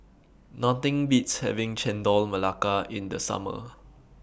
Nothing Beats having Chendol Melaka in The Summer